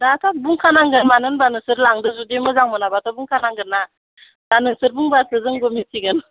दाथ' बुंखा नांगोन मानो होनब्ला नोंसोर लांदो जुदि मोजां मोनाब्लाथ' बुंखा नांगोनना दा नोंसोर बुंब्लासो जोंबो मिथिगोन